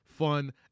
Fun